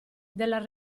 della